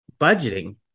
budgeting